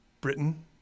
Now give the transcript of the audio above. britain